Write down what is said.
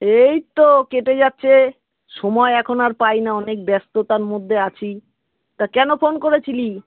এই তো কেটে যাচ্ছে সময় এখন আর পাই না অনেক ব্যস্ততার মধ্যে আছি তা কেন ফোন করেছিলি